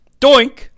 Doink